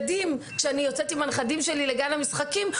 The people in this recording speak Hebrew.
וכמי שיוצאת עם הנכדים שלי לגן המשחקים,